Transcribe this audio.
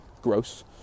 gross